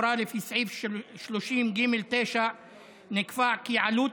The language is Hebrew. בסעיף 3(ג) לפקודת התעבורה נקבע כי עלות